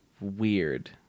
Weird